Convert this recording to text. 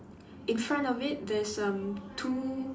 in front of it there's erm two